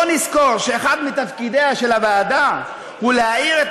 בוא נזכור שאחד מתפקידיה של הוועדה הוא להאיר את